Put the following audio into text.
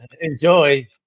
Enjoy